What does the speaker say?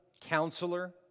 counselor